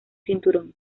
cinturón